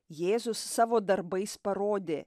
jėzus savo darbais parodė